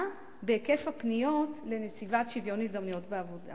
בהיקף הפניות לנציבת שוויון הזדמנויות בעבודה,